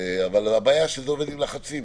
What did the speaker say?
אבל הבעיה שזה עובד עם לחצים